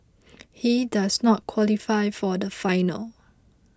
he does not qualify for the final